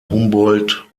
humboldt